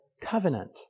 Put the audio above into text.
covenant